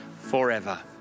forever